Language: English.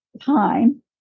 time